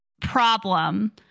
problem